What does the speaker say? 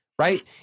Right